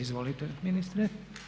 Izvolite ministre.